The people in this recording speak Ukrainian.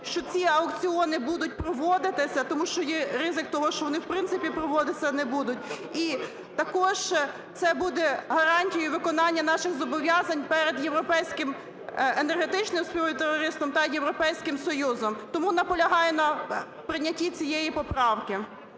що ці аукціони будуть проводитися, тому що є ризик того, що вони в принципі проводитися не будуть. І також це буде гарантією виконання наших зобов'язань перед європейським енергетичним співтовариством та Європейським Союзом, тому наполягаю на прийнятті цієї поправки.